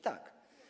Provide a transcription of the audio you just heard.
Tak.